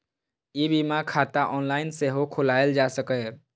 ई बीमा खाता ऑनलाइन सेहो खोलाएल जा सकैए